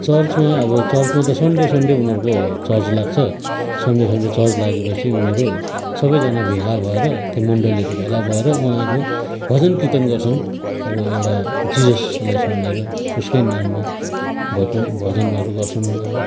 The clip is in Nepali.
चर्चमा अब चर्जमा त सन्डे सन्डे उनीहरूको चर्च लाग्छ सन्डे सन्डे चर्च लागेपछि उनीहरू सबैजाना भेला भएर मन्डलीहरू भेला भएर उनीहरू भजन कीर्तन गर्छन् अब एउटा जिजसलाई सम्झेर उसकै नाममा भजन भजनहरू गर्छन् उनीहरू